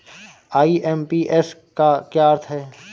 IMPS का क्या अर्थ है?